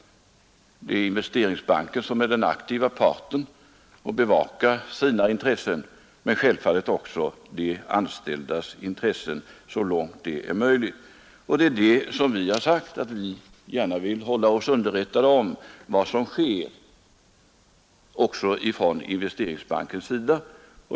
Investeringsbanken är den aktiva parten och bevakar sina intressen men självfallet också de anställdas intressen så långt det är möjligt. Vi har sagt att vi gärna vill hålla oss underrättade om vad som sker också från investeringsbankens sida.